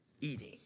eating